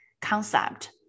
concept